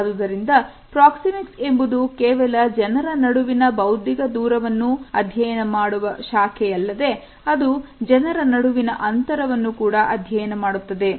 ಆದುದರಿಂದ Proxemics ಎಂಬುದು ಕೇವಲ ಜನರ ನಡುವಿನ ಬೌದ್ಧಿಕ ದೂರವನ್ನು ಅಧ್ಯಯನ ಮಾಡುವ ಶಾಖೆಯಲ್ಲದೆ ಅದು ಜನರ ನಡುವಿನ ಅಂತರವನ್ನು ಕೂಡ ಅಧ್ಯಯನ ಮಾಡುತ್ತದೆ